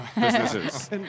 businesses